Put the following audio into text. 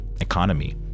economy